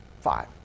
Five